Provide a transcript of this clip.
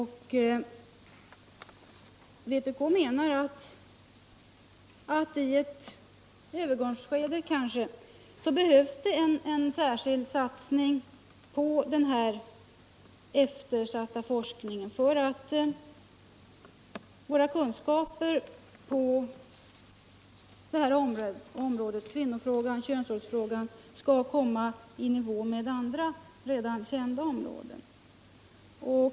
Vpk menar att det kanske i ett övergångsskede behövs en särskild satsning på denna eftersatta forskning för att våra kunskaper på detta område — kvinnofrågor, könsrollsfrågor — skall komma i nivå med kunskaperna på andra, redan kända områden.